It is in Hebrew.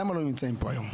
למה הם לא נמצאים פה היום?